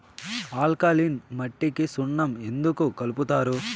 alkaline మట్టికి సున్నం ఎందుకు కలుపుతారు